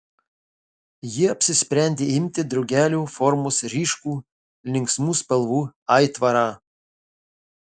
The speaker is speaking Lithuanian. ji apsisprendė imti drugelio formos ryškų linksmų spalvų aitvarą